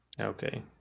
Okay